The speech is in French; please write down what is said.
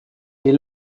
est